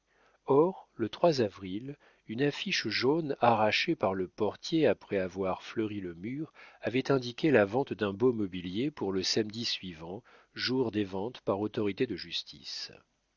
or le avril une affiche jaune arrachée par le portier après avoir fleuri le mur avait indiqué la vente d'un beau mobilier pour le samedi suivant jour des ventes par autorité de justice